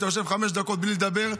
שאתה יושב חמש דקות בלי לדבר,